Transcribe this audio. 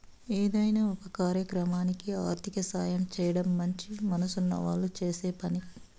ఏదైనా ఒక కార్యక్రమానికి ఆర్థిక సాయం చేయడం మంచి మనసున్న వాళ్ళు చేసే పని